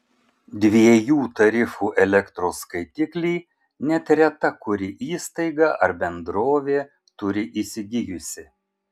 dviejų tarifų elektros skaitiklį net reta kuri įstaiga ar bendrovė turi įsigijusi